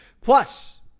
Plus